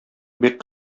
бик